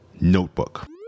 notebook